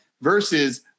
versus